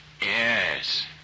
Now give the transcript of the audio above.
Yes